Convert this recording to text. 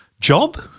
job